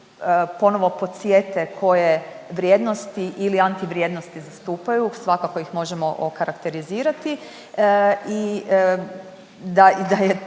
ponovo podsjete koje vrijednosti ili antivrijednosti zastupaju svakako ih možemo okarakterizirati. I da je,